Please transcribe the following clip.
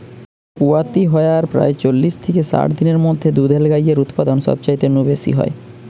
পুয়াতি হয়ার প্রায় চল্লিশ থিকে ষাট দিনের মধ্যে দুধেল গাইয়ের উতপাদন সবচাইতে নু বেশি হয়